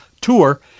tour